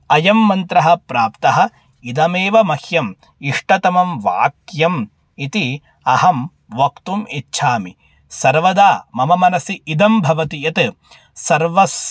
अयं मन्त्रः प्राप्तः इदमेव मह्यम् इष्टतमं वाक्यम् इति अहं वक्तुम् इच्छामि सर्वदा मम मनयसि इदं भवति यत् सर्वस्